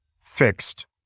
fixed